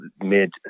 mid